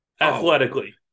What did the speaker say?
athletically